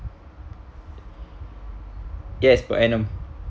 yes per annum